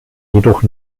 jedoch